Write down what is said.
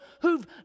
who've